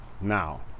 now